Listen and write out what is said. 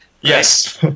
Yes